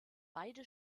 beide